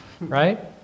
right